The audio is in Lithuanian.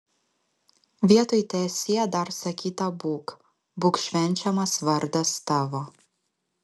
vietoj teesie dar sakyta būk būk švenčiamas vardas tavo